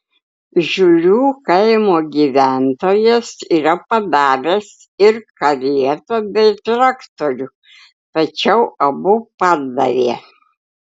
žiurių kaimo gyventojas yra padaręs ir karietą bei traktorių tačiau abu pardavė